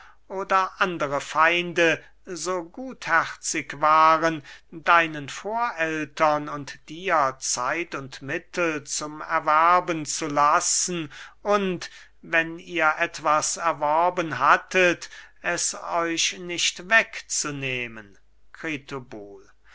oder andere feinde so gutherzig waren deinen vorältern und dir zeit und mittel zum erwerben zu lassen und wenn ihr etwas erworben hattet es euch nicht wegzunehmen